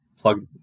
plug